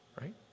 right